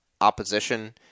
opposition